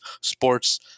sports